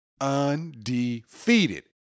undefeated